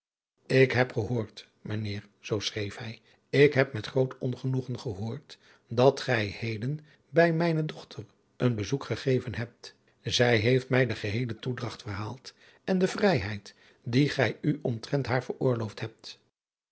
ik heb gehoord mijn heer zoo schreef hij ik heb met groot ongenoegen gehoord dat gij heden bij mijne dochter een bezoek gegeven hebt zij heeft mij de geheele toedragt verhaald en de vrijheid die gij u omtrent haar veroorloofd hebt